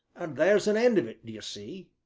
and there's an end of it, d'ye see!